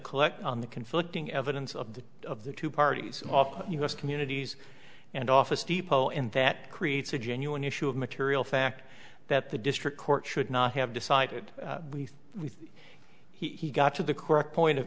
collect on the conflicting evidence of the of the two parties offer us communities and office depot and that creates a genuine issue of material fact that the district court should not have decided we he got to the correct point of